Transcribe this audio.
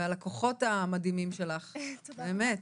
ועל הכוחות המדהימים שלך, באמת.